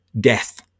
death